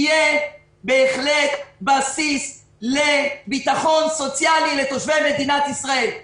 יהיה בהחלט בסיס לביטחון סוציאלי לתושבי מדינת ישראל,